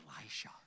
Elisha